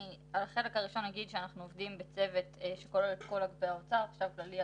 על החלק הראשון אנחנו עובדים בצוות שכולל את כל אגפי האוצר חשב כללי,